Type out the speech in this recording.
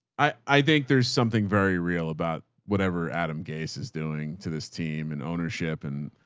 i think there's something very real about whatever adam gaze is doing to this team and ownership. and